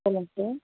சொல்லுங்கள் சார்